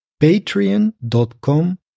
patreon.com